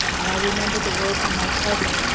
and i remembered the words of my cousin,